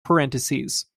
parentheses